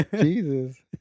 Jesus